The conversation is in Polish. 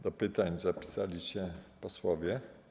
Do pytań zapisali się posłowie.